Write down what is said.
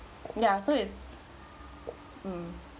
ya so it's mm